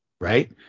Right